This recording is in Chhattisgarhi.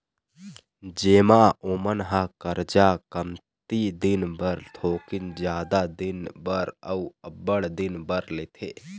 जेमा ओमन ह करजा कमती दिन बर, थोकिन जादा दिन बर, अउ अब्बड़ दिन बर लेथे